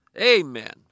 Amen